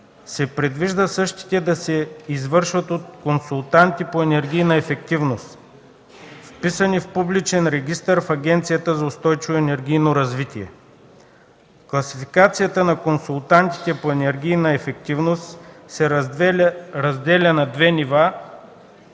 се предвижда същите да се извършват от консултанти по енергийна ефективност, вписани в публичен регистър в Агенцията за устойчиво енергийно развитие. Класификацията на консултантите по енергийна ефективност се разделя на две нива: